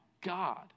God